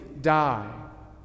die